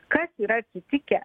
kas yra atsitikę